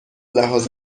لحاظ